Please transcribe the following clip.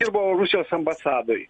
dirbau rusijos ambasadoj